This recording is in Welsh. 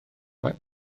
faint